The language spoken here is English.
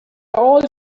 all